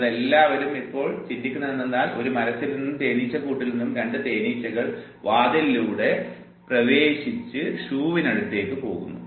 നിങ്ങൾ എല്ലാവരും ഇപ്പോൾ ചിന്തിക്കുന്നതെന്തെന്നാൽ ഒരു മരത്തിൽ നിന്നും തേനീച്ചകൂട്ടിൽ നിന്നും രണ്ടു തേനീച്ചകൾ വാതിലിലൂടെ പ്രവേശിച്ച് ഷൂവിനടുത്തേക്ക് പോകുന്നു